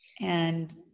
And-